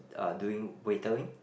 uh doing waitering